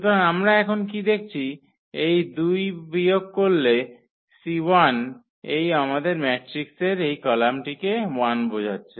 সুতরাং আমরা এখন কী দেখছি এটি দুইবার বিয়োগের করলে C1 এই আমাদের ম্যাট্রিক্সের এই কলামটিকে 1 বোঝাচ্ছে